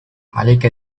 عليك